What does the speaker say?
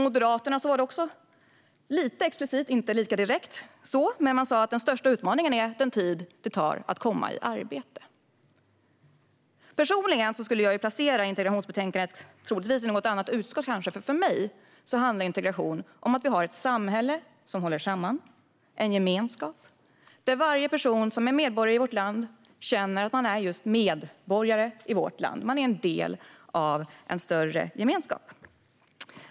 Moderaterna sa också lite explicit att den största utmaningen är den tid som det tar att komma i arbete. Personligen skulle jag kanske placera integrationsbetänkandet i ett annat utskott. För mig handlar integration om att vi har ett samhälle som håller samman, en gemenskap där varje person som är medborgare i vårt land känner att man är just det: Man är en del av en större gemenskap.